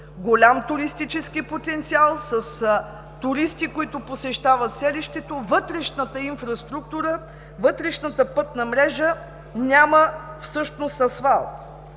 голям туристически потенциал, с туристи, които посещават селището, вътрешната инфраструктура, вътрешната пътна мрежа няма всъщност асфалт.